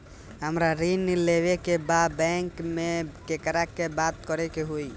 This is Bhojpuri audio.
हमरा ऋण लेवे के बा बैंक में केकरा से बात करे के होई?